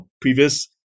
previous